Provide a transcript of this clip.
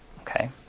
Okay